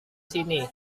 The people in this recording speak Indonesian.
sini